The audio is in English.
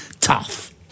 Tough